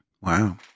wow